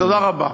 תודה רבה.